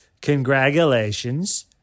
congratulations